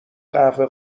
قهوه